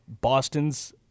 Boston's